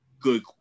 good